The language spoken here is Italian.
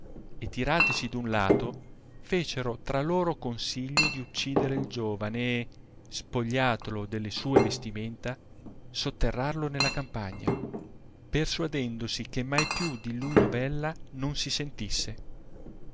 e tiratisi da un lato fecero tra loro consiglio di uccidere il giovane e spogliatolo dello sue vestinienta sotterrarlo nella campagna persuadendosi che mai più di lui novella non si sentisse